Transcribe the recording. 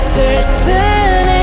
certain